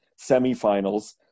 semifinals